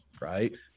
right